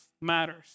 matters